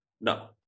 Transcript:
No